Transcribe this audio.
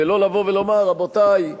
ולא לבוא ולומר: רבותי,